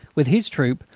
with his troop,